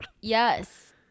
Yes